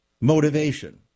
motivation